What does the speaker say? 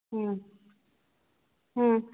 ꯎꯝ ꯎꯝ